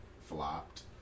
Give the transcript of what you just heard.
flopped